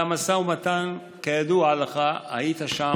והמשא ומתן, כידוע לך, היית שם,